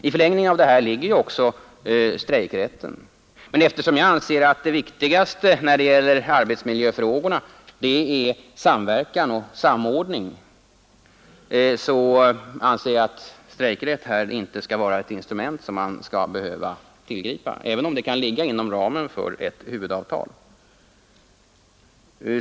I förlängningen av det här ligger också strejkrätten, men eftersom jag anser att det viktigaste när det gäller arbetsmiljöfrågorna är samverkan och samordning, så anser jag att strejkrätt här inte bör vara ett instrument som man skall behöva tillgripa, även om det kan ligga inom ramen för ett huvudavtal.